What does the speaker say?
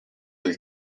del